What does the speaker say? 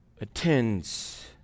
attends